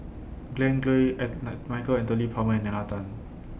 Glen Goei Michael Anthony Palmer and Nalla Tan